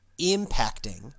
impacting